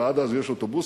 ועד אז יש אוטובוסים,